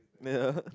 yeah